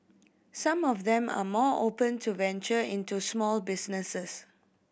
some of them are more open to venture into small businesses